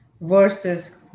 versus